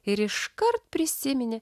ir iškart prisiminė